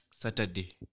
Saturday